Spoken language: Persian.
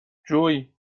جویی